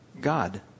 God